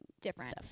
different